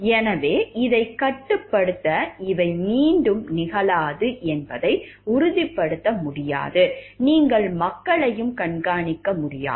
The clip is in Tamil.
எனவே இதைக் கட்டுப்படுத்த இவை மீண்டும் நிகழாது என்பதை உறுதிப்படுத்த முடியாது நீங்கள் மக்களையும் கண்காணிக்க முடியாது